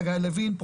חגי לוין,